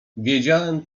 wiedziałem